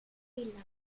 lilla